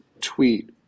tweet